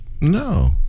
no